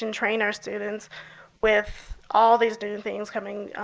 and train our students with all these new things coming,